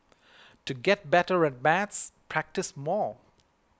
to get better at maths practise more